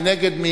מי נגד?